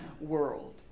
world